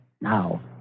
Now